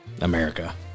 America